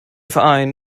verein